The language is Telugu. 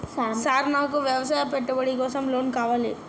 సార్ నాకు వ్యవసాయ పెట్టుబడి కోసం లోన్ కావాలి?